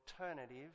alternative